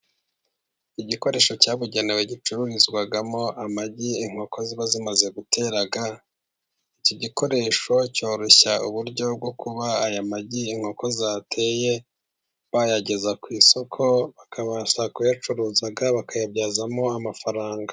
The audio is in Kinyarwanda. Igikoresho cyabugenewe gicururizwamo amagi inkoko ziba zimaze gutera. Iki gikoresho cyoroshya uburyo bwo kuba aya magi inkoko zateye bayageza ku isoko, bakabasha kuyacuruza bakayabyazamo amafaranga.